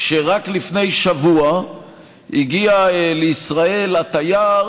שרק לפני שבוע הגיע לישראל התייר